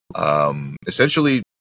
essentially